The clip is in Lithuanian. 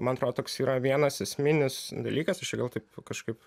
man atrodo toks yra vienas esminis dalykas aš čia gal taip kažkaip